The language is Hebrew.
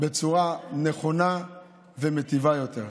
בצורה נכונה ומיטיבה יותר.